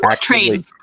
train